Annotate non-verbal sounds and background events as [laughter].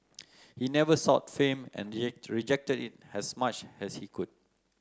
he never sought fame and [noise] rejected it as much as he could